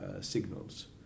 signals